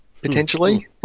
Potentially